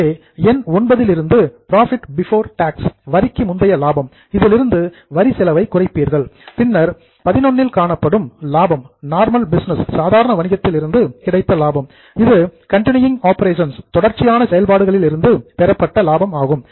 எனவே எண் IX லிருந்து புரோஃபிட் பிஃபோர் டாக்ஸ் வரிக்கு முந்தைய லாபம் இதிலிருந்து வரி செலவை குறைப்பீர்கள் பின்னர் எண் XI இல் காணப்படும் லாபம் நார்மல் பிஸ்னஸ் சாதாரண வணிகத்தில் இருந்து கிடைத்த லாபம் இது கண்டினுயிங் ஆப்பரேஷன்ஸ் தொடர்ச்சியான செயல்பாடுகளிலிருந்து பெறப்பட்ட லாபம் ஆகும்